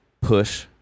push